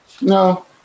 No